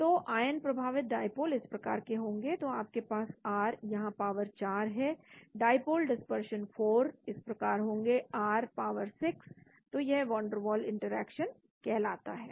तो आयन प्रभावित डाईपोल इस प्रकार के होंगे तो आपके पास r यहां पावर 4 है डाईपोल डिस्पर्शन फोर्स इस प्रकार होंगे r पावर 6 तो यह वंडरवॉल इंटरेक्शन कहलाता है